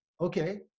Okay